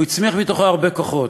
הוא הצמיח מתוכו הרבה כוחות.